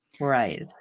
Right